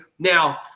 Now